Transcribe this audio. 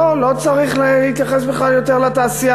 לא, לא צריך להתייחס בכלל יותר לתעשייה?